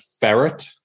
ferret